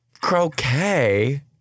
Croquet